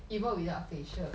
even without facial